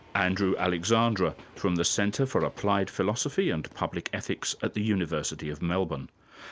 andrew alexandra, from the centre for applied philosophy and public ethics at the university of melbourne.